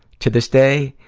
to this day,